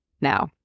now